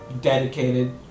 dedicated